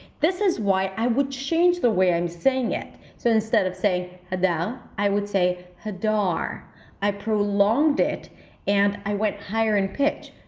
this is why i would change the way i'm saying it. so instead of saying hada i would say hadar i prolonged it and i went higher in pitch.